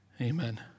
Amen